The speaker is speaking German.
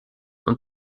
und